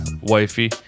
wifey